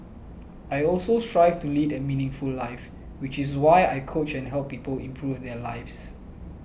I also strive to lead a meaningful life which is why I coach and help people improve their lives